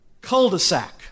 Cul-de-sac